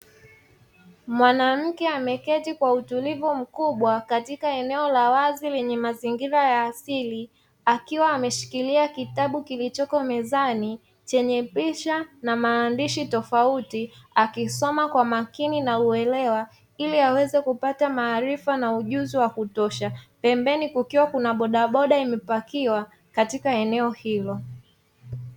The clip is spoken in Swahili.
Mwanamke ameketi kwa utulivu mkubwa katika eneo la wazi lenye mazingira ya asili, akiwa ameshikilia kitabu kilichoko mezani; chenye picha na maandishi tofauti, akisoma kwa makini na uelewa ili aweze kupata maarifa na ujuzi wa kutosha. Pembeni kukiwa na bodaboda imepakiwa katika eneo hilo.